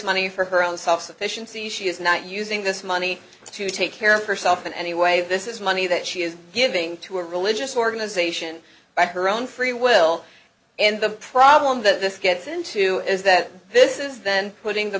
money for her own self sufficiency she is not using this money to take care of herself in any way this is money that she is giving to a religious organization by her own free will and the problem that this gets into is that this is then putting the